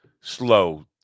slow